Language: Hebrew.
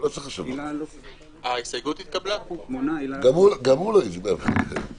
מה שאמרתי גם בתחילת הדיונים כשהתכנסנו לקראת הסיכומים,